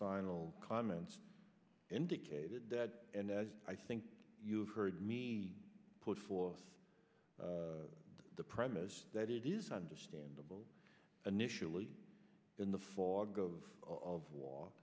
final comments indicated that and as i think you've heard me put forth the premise that it is understandable initially in the fog of